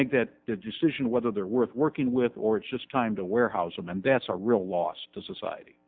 make that decision whether they're worth working with or it's just time to warehouse them and that's a real loss to society